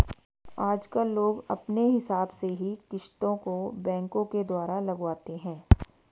आजकल लोग अपने हिसाब से ही किस्तों को बैंकों के द्वारा लगवाते हैं